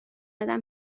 آدم